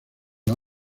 los